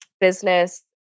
business